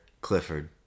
clifford